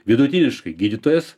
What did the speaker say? vidutiniškai gydytojas